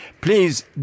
Please